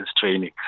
training